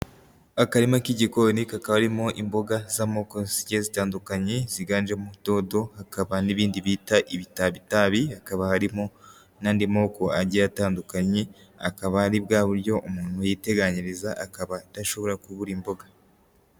Akarima k'igikoni kakaba karimo imboga z'amoko zigiye zitandukanye ziganje mu todo, hakaba n'ibindi bita ibita itabi, hakaba harimo n'andi moko agiye atandukanye, akaba ari bwa buryo umuntu yiteganyiriza akaba adashobora kubura imboga.